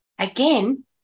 again